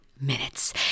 Minutes